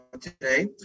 today